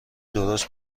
درست